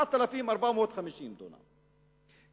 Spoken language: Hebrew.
4,450 דונם,